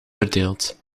verdeelt